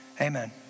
Amen